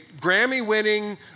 Grammy-winning